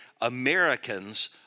Americans